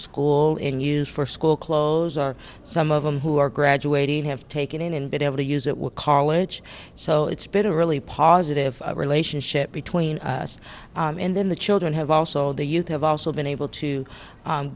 school in years for school clothes or some of them who are graduating have taken in and been able to use it with college so it's been a really positive relationship between us and then the children have also the youth have also been able to